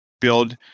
build